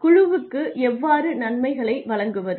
குழுவுக்கு எவ்வாறு நன்மைகளை வழங்குவது